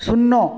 শূন্য